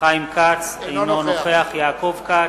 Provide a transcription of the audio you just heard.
אינו נוכח יעקב כץ,